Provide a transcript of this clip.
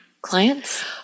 clients